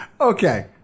Okay